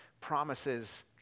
promises